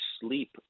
sleep